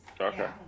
Okay